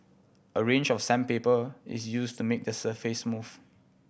a range of sandpaper is used to make the surface smooth